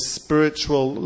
spiritual